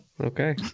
Okay